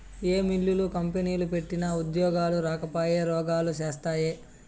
ఏ మిల్లులు, కంపెనీలు పెట్టినా ఉద్యోగాలు రాకపాయె, రోగాలు శాస్తాయే